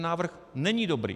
Návrh není dobrý.